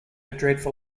dreadful